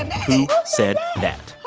who. said. that.